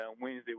Wednesday